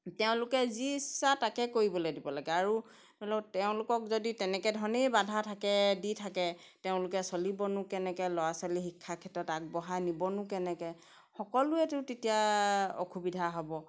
তেওঁলোকে যি ইচ্ছা তাকে কৰিবলৈ দিব লাগে আৰু ধৰি লওক তেওঁলোকক যদি তেনেকৈ ধৰণেই বাধা থাকে দি থাকে তেওঁলোকে চলিবনো কেনেকৈ ল'ৰা ছোৱালী শিক্ষাৰ ক্ষেত্ৰত আগবঢ়াই নিবনো কেনেকৈ সকলোৱেতো তেতিয়া অসুবিধা হ'ব